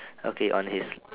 okay on his